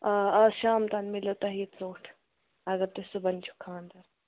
آ آ شام تانۍ میلیو تۄہہِ یہِ ژوٚٹ اگر تُہۍ صُبَحن چھُ خانٛدَر